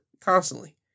constantly